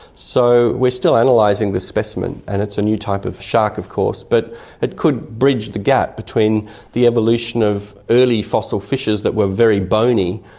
so we're still and analysing this specimen and it's a new type of shark of course, but it could bridge the gap between the evolution of early fossil fishes that were very bony,